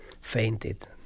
fainted